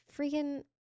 freaking